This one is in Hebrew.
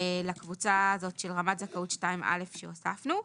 לקבוצה הזאת של רמת זכאות 2(א) שהוספנו.